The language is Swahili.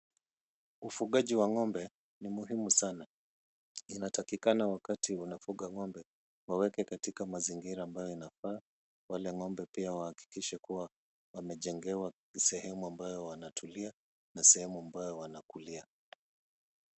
Ufugaji wa ng'ombe ni muhimu sana. Inatakikana wakati unafuga ng'ombe, waweke katika mazingira ambayo inafaa, wale ng'ombe pia wahakikishe kuwa wamejengewa sehemu ambayo wanatulia, na sehemu ambayo wanakulia.